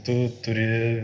tu turi